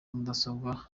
mudasobwa